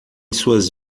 suas